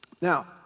Now